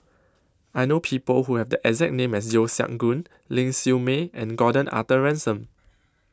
I know People Who Have The exact name as Yeo Siak Goon Ling Siew May and Gordon Arthur Ransome